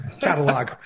Catalog